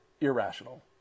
irrational